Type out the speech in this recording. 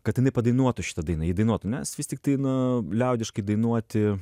kad jinai padainuotų šitą dainą įdainuotų nes vis tiktai na liaudiškai dainuoti